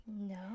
No